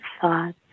thoughts